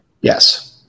Yes